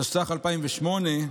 התשס"ח 2008,